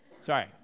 Sorry